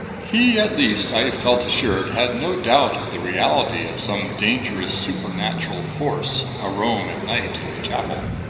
he, at least, i felt assured had no doubt of the reality of some dangerous supernatural force a roam at night in the chapel.